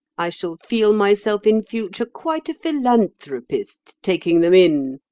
i shall feel myself in future quite a philanthropist, taking them in,